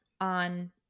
on